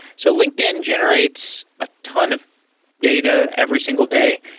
so linkedin generates a ton of data every single day.